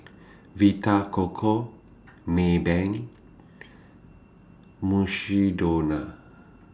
Vita Coco Maybank Mukshidonna